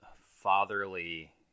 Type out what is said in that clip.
fatherly